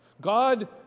God